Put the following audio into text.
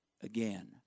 Again